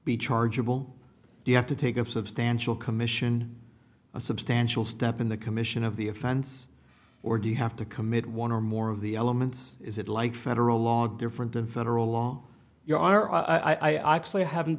be chargeable you have to take a substantial commission a substantial step in the commission of the offense or do you have to commit one or more of the elements is it like federal law different than federal law you are i actually haven't